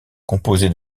composé